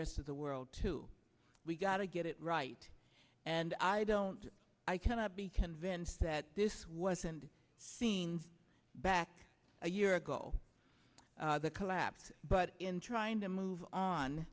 rest of the world too we gotta get it right and i don't i cannot be convinced that this wasn't seen back a year ago the collapse but in trying to move on